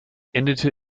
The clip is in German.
endete